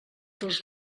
dels